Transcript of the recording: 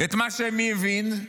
את מה, שמי הבין?